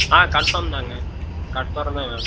ஆ confirm தாங்க கன்ஃபார்மே வேணும்